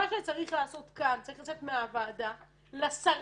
מה שצריך לעשות כאן, צריך לצאת מהוועדה לשרים